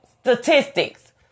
Statistics